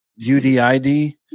UDID